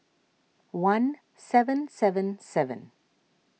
one seven seven seven